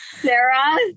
sarah